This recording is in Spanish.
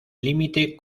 límite